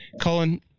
Colin